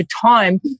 time